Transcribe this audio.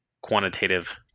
quantitative